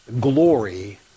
Glory